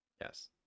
Yes